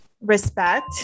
Respect